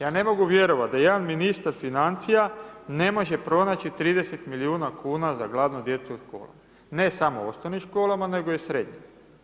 Ja ne mogu vjerovat da jedan ministar financija ne može pronaći 30 milijuna kuna za gladnu djecu u školama, ne samo osnovnim školama, nego i srednjim.